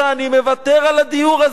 אני מוותר על הדיור הזה,